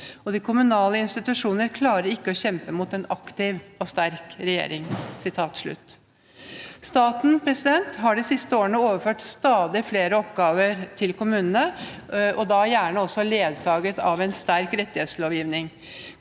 «De kommunale institusjoner klarer ikke alene å kjempe mot en aktiv og sterk regjering.» Staten har de siste årene overført stadig flere oppgaver til kommunene og da gjerne også ledsaget av en sterk rettighetslovgivning.